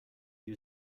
you